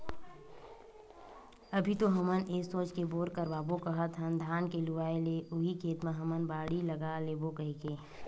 अभी तो हमन ये सोच के बोर करवाबो काहत हन धान के लुवाय ले उही खेत म हमन बाड़ी लगा लेबो कहिके